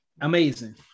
amazing